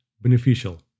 beneficial